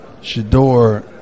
Shador